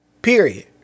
Period